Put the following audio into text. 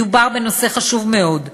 מדובר בנושא חשוב מאוד.